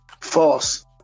False